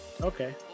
okay